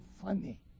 funny